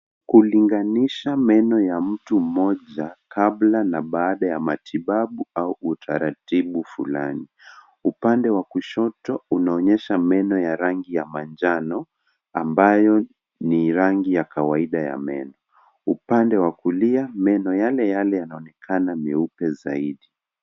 Kulinganisha meno ya mtu mmoja ya kabla na baada ya matibabu au utaratibu fulani. Upande wa kushoto unaonyesha meno ya rangi ya manjano ambayo ni rangi ya kawaida ya meno. Upande wa kulia meno yale yale yanaonekana meupe zaidi.